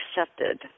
accepted